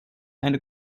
eine